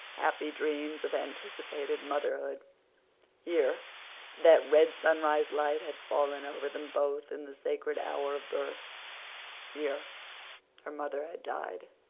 happy dreams of anticipated motherhood here that red sunrise light had fallen over them both in the sacred hour of birth here her mother had died.